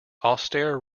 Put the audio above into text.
austere